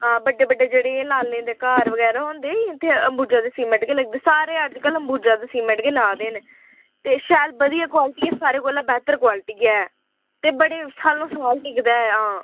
हां बड्डे बड्डे जेह्ड़े एह् ला'ल्लें दे घर बगैरा होंदे निं इत्थै अंबुजा दे सीमेंट गै लगदे सारे अजकल अंबुजा दे सीमेंट गै ला दे न ते शैल बधिया क्वाल्टी ऐ सारे कोला बैह्तर क्वाल्टी ऐ ते बड़े सालों साल टिकदा ऐ हां